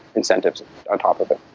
incentives on top of it.